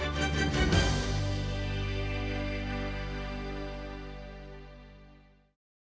Дякую.